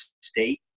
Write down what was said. State